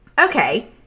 Okay